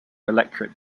electorate